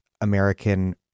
American